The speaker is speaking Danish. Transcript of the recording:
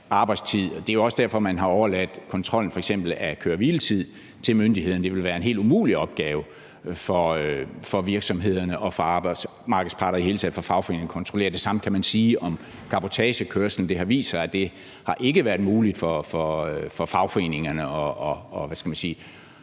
Det er også derfor, man har overladt kontrollen af f.eks. køre-hvile-tid til myndighederne. Det ville være en helt umulig opgave for virksomhederne og for arbejdsmarkedets parter i det hele taget – og for fagforeningerne – at kontrollere. Det samme kan man sige om cabotagekørslen. Det har vist sig, at det ikke har været muligt for fagforeningerne